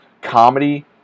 comedy